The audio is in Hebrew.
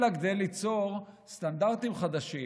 אלא כדי ליצור סטנדרטים חדשים,